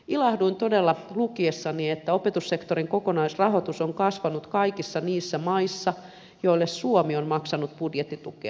ilahduin todella lukiessani että opetussektorin kokonaisrahoitus on kasvanut kaikissa niissä maissa joille suomi on maksanut budjettitukea